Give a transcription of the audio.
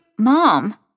Mom